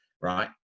right